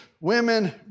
women